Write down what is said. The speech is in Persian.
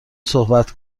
صحبت